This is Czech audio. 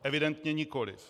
Evidentně nikoliv.